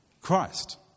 Christ